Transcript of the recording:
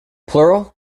plural